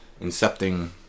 incepting